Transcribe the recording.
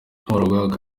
barahabwa